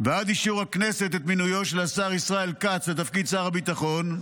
ועד אישור הכנסת את מינויו של השר ישראל כץ לתפקיד שר הביטחון,